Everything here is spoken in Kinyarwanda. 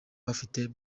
bafite